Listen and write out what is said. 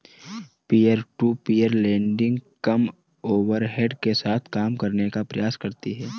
peer to peer lending कम overhead के साथ काम करने का प्रयास करती हैं